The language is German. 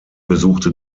besuchte